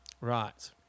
Right